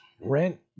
Rent